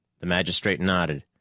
the magistrate nodded.